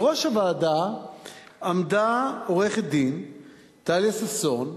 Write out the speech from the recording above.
בראש הוועדה עמדה עורכת-דין טליה ששון,